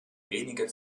wenige